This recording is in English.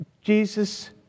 Jesus